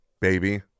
baby